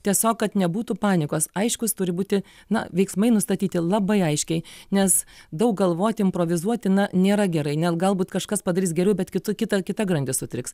tiesiog kad nebūtų panikos aiškus turi būti na veiksmai nustatyti labai aiškiai nes daug galvoti improvizuoti na nėra gerai net galbūt kažkas padarys geriau bet kitų kitą kita grandis sutriks